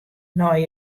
nei